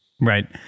Right